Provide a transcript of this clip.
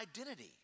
identity